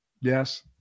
yes